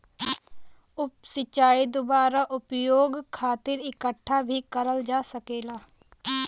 उप सिंचाई दुबारा उपयोग खातिर इकठ्ठा भी करल जा सकेला